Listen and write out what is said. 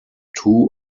two